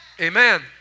Amen